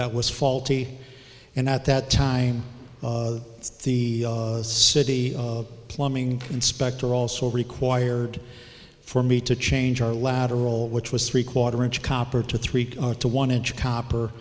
that was faulty and at that time the city of plumbing inspector also required for me to change our lateral which was three quarter inch copper to three to one inch copper